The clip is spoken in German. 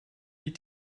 die